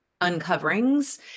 uncoverings